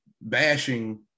bashing